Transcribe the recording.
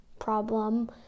problem